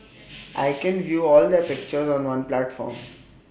I can view all their pictures on one platform